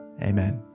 Amen